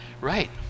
Right